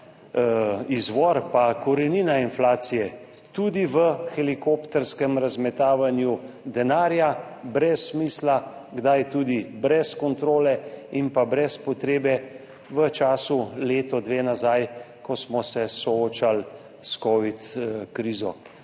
izvor, korenine inflacije – tudi v helikopterskem razmetavanju denarja brez smisla, kdaj tudi brez kontrole in brez potrebe v času leto, dve nazaj, ko smo se soočali s covid krizo.